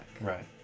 right